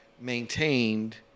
maintained